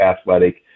athletic